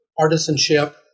artisanship